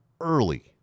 early